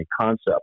concept